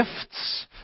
gifts